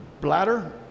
bladder